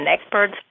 experts